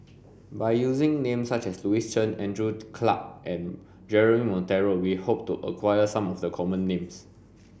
by using names such as Louis Chen Andrew Clarke and Jeremy Monteiro we hope to acquire some of the common names